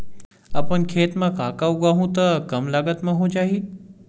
अपन खेत म का का उगांहु त कम लागत म हो जाही?